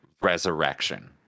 resurrection